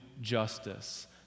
justice